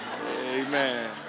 Amen